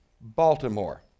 Baltimore